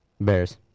Bears